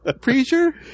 preacher